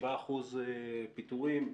7% פיטורים,